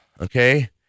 okay